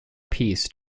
peace